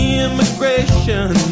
immigration